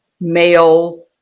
male